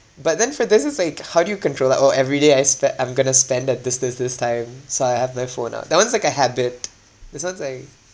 but then for this it's like how do you control like oh every day I spe~ I'm going to spend at this this this time so I'll have my phone ah that [one] is like a habit this [one] is like